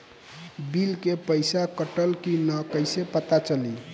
Bill के पइसा कटल कि न कइसे पता चलि?